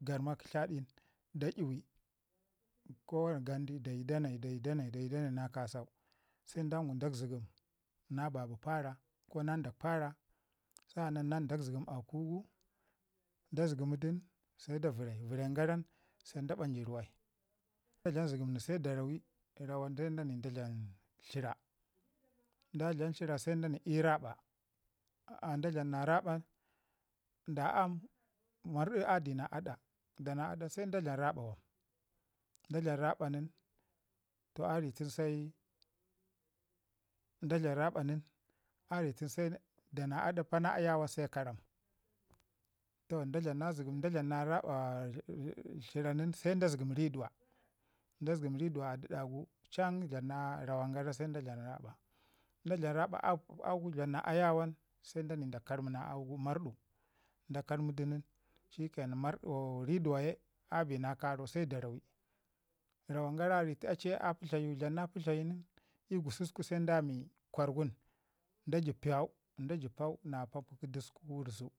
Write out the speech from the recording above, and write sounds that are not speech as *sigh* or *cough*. garma kə tladin da 'yuwi ko wana gandi dayi da nai dayi da nai dayi da nai na kasau, se dan gwi ndak zəgəm na babi para ko na nda para sa'anan se na ndak zəgəm aku gu, da zəmu du nin se da vərai vəren garan se da bandi ruwai. Da dlam zəgəm nin se da rawi se dani da dlam tləra da dlam tləra se da ni ii raɓa, da dlam na raɓan da aam maɗu a dina aɗa, dana aɗa se da dlam raɓa wan da dlam raɓa nin a ritunu sai da ri tunu pa na ayawa nin se karam. Toh da dlam na zəgəm da dlam na raɓa *hesitation* tləranin se da zəgəmi riduwa, da zəgəmi ridu a ɗida gu jan rawan garan se da dlamin garan se da dlam raɓa, da dlama raɓa duu gu dlam na ayawan se dani kərbina auu gu marɗu, da kərmu du nin shikke nan *hesitation* riduwa ke a bina karau da rawi rawan gara a ri tunu a ci ye a ri tunu dlam na pətlayu nin ii gususku se dami gwargun da jib payai da jəb pau na pampu kə dəsku kə wurzu.